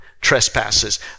trespasses